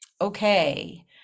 Okay